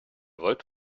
wollt